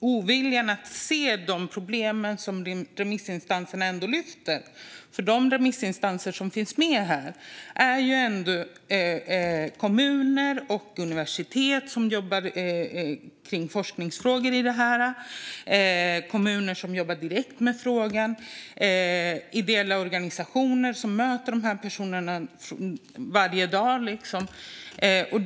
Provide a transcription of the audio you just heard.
oviljan att se de problem som remissinstanserna lyfter upp. De remissinstanser som finns med är ändå kommuner som jobbar direkt med frågan, universitet som jobbar med forskningsfrågor när det gäller detta och ideella organisationer som varje dag möter de här personerna.